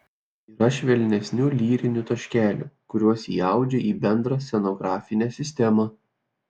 yra švelnesnių lyrinių taškelių kuriuos įaudžiu į bendrą scenografinę sistemą